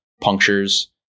punctures